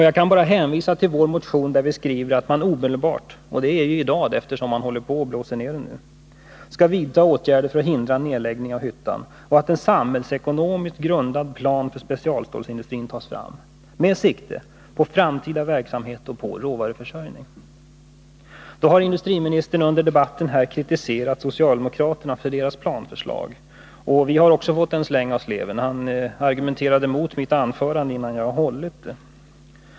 Jag kan bara hänvisa till vår motion, där vi skriver att man omedelbart — och det är i dag, eftersom man håller på att blåsa ned masugnen nu — skall vidta åtgärder för att hindra en nedläggning av Spännarhyttan och att en samhällsekonomiskt grundad plan för specialstålsindustrin skall tas fram med sikte på framtida verksamhet och på råvaruförsörjningen. Industriministern har under debatten här kritiserat socialdemokraterna för deras planförslag, och vi har också fått en släng av sleven. Han argumenterade mot mitt anförande innan jag hållit det.